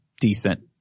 decent